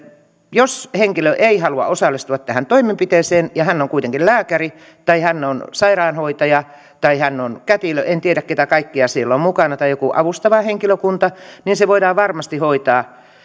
jos henkilö ei halua osallistua tähän toimenpiteeseen ja hän on kuitenkin lääkäri tai hän on sairaanhoitaja tai hän on kätilö en tiedä keitä kaikkia siellä on mukana tai joku avustava henkilö niin se voidaan varmasti hoitaa